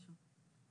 שלום.